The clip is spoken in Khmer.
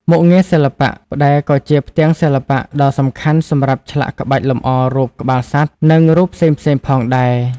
មុខងារសិល្បៈ ផ្តែរក៏ជា ផ្ទាំងសិល្បៈដ៏សំខាន់សម្រាប់ឆ្លាក់ក្បាច់លម្អរូបក្បាលសត្វ និងរូបផ្សេងៗ ផងដែរ។